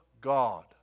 God